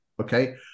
Okay